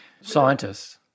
Scientists